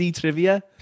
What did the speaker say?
trivia